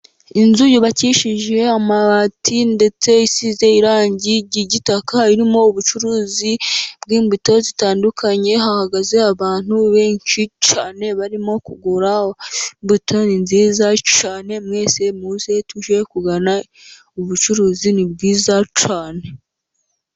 Inzu yubakishije amabati ndetse isize irangi ry'igitaka, irimo ubucuruzi bw'imbuto zitandukanye, hahagaze abantu benshi cyane barimo kugura, imbuto ni nziza cyane, mwese muze tujye kugana ubucuruzi, ni bwiza cye.